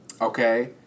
okay